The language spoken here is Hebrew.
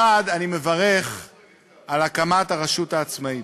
1. אני מברך על הקמת הרשות העצמאית,